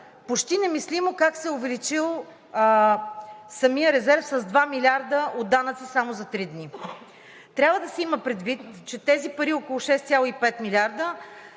почти немислимо как се е увеличил самият резерв с 2 милиарда от данъци само за 3 дни? Трябва да се има предвид, че тези пари – около 6,5 милиарда,